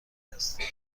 هستی